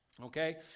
Okay